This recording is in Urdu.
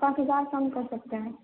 پانچ ہزار کم کر سکتے ہیں